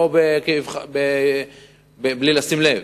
לא בלי לשים לב,